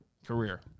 Career